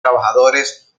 trabajadores